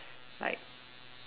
like